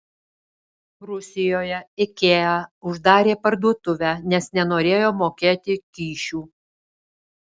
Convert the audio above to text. rusijoje ikea uždarė parduotuvę nes nenorėjo mokėti kyšių